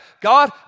God